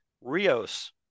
Rios